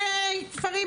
קליטה.